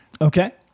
Okay